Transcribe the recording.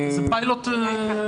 זה לא פיילוט גדול.